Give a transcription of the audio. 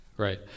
Right